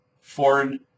foreign